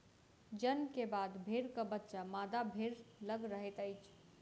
जन्म के बाद भेड़क बच्चा मादा भेड़ लग रहैत अछि